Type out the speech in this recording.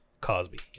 Cosby